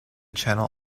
channel